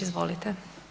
Izvolite.